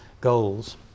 goals